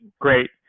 great